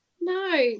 no